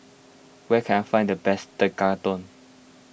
where can I find the best Tekkadon